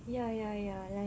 ya ya ya like